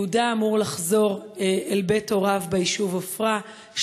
יהודה אמור לחזור אל בית הוריו ביישוב עפרה,